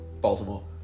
Baltimore